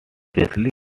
western